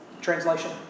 translation